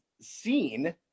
seen